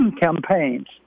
campaigns